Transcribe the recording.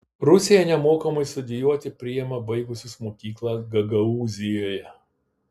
rusija nemokamai studijuoti priima baigusius mokyklą gagaūzijoje